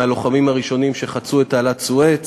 מהלוחמים הראשונים שחצו את תעלת סואץ.